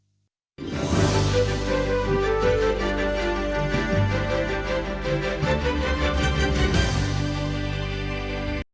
Дякую